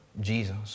Jesus